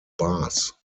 bars